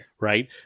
Right